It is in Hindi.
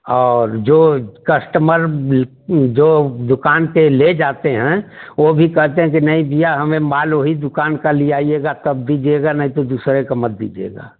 और जो कस्टमर जो दुकान पे ले जाते हैं वो भी कहते हैं कि नहीं दिया हमें माल वहीं दुकान का लि आइएगा तब दीजिएगा नहीं तो दूसरे का मत दीजिएगा